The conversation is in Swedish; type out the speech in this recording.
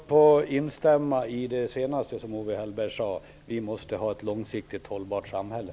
Fru talman! Jag ber att få instämma i det senaste som Owe Hellberg sade: Vi måste ha ett långsiktigt hållbart samhälle.